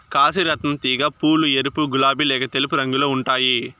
కాశీ రత్నం తీగ పూలు ఎరుపు, గులాబి లేక తెలుపు రంగులో ఉంటాయి